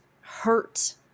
hurt